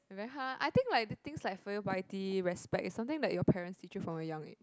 very hard I think like the things like filial piety respect is something that your parents teach you from a young age